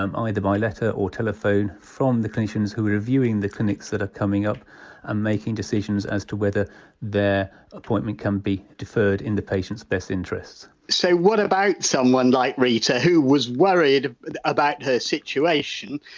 um either by letter or telephone, from the clinicians who are reviewing the clinics that are coming up and making decisions as to whether their appointment can be deferred in the patients' best interests so, what about someone, like rita, who was worried about her situation,